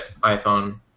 iPhone